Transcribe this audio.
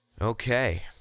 Okay